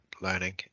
learning